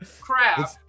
Crap